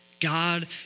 God